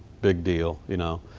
big deal, you know.